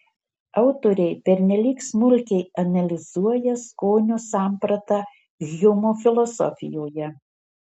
autoriai pernelyg smulkiai analizuoja skonio sampratą hjumo filosofijoje